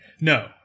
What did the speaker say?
No